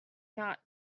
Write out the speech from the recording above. not